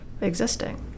existing